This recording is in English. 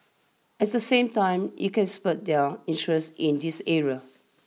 as the same time it can spur their interest in these areas